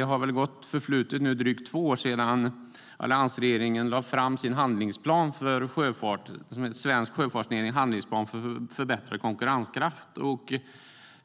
har nu förflutit drygt två år sedan alliansregeringen lade fram sin handlingsplan för att förbättra den svenska sjöfartsnäringens konkurrenskraft.